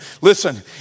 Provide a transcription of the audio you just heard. listen